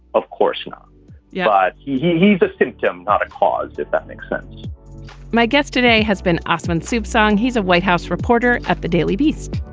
of course yeah but he's he's a symptom, not a cause. if that makes sense my guest today has been oswin supe song. he's a white house reporter at the daily beast.